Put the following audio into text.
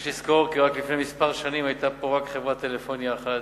יש לזכור כי רק לפני שנים מספר היתה פה רק חברת טלפוניה אחת,